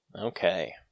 Okay